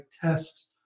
test